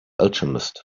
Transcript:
alchemist